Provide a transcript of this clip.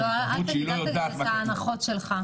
לא, אל תגיד את ההנחות שלך.